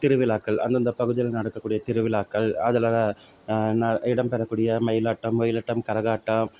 திருவிழாக்கள் அந்தந்த பகுதியில் நடக்கக்கூடிய திருவிழாக்கள் அதில் இடம்பெறக்கூடிய மயிலாட்டம் ஒயிலாட்டம் கரகாட்டம்